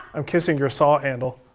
i'm kissing your saw handle.